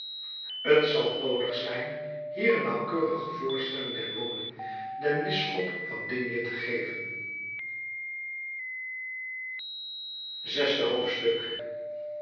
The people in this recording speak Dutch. t zal noodig zijn hier een nauwkeurige voorstelling der woning van den bisschop van digne te geven zesde hoofdstuk